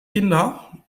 kinder